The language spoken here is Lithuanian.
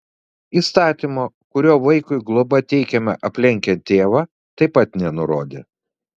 įstatymo kuriuo vaikui globa teikiama aplenkiant tėvą taip pat nenurodė